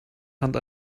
hand